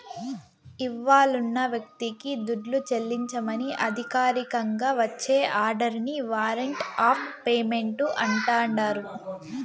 ఇవ్వాలున్న వ్యక్తికి దుడ్డు చెల్లించమని అధికారికంగా వచ్చే ఆర్డరిని వారంట్ ఆఫ్ పేమెంటు అంటాండారు